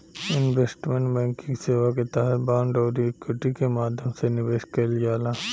investment banking सेवा के तहत बांड आउरी इक्विटी के माध्यम से निवेश कईल जाला